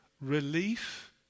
relief